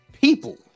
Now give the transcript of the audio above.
people